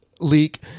leak